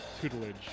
tutelage